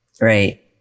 Right